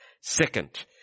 Second